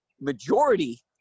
Majority